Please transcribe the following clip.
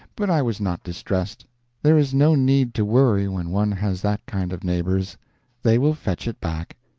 but i was not distressed there is no need to worry when one has that kind of neighbors they will fetch it back.